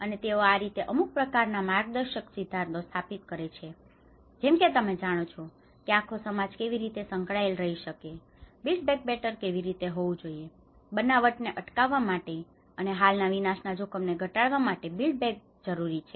અને તેઓ આ રીતે અમુક પ્રકારના માર્ગદર્શક સિદ્ધાંતો સ્થાપિત કરે છે જેમ કે તમે જાણો છો કે આ આખો સમાજ કેવી રીતે સંકળાયેલ રહી શકે છે બિલ્ડ બેક બેટર કેવી રીતે હોવું જોઈએ બનાવટને અટકાવવા અને હાલના વિનાશના જોખમને ઘટાડવા માટે બિલ્ડ બેક બેટર જરૂરી છે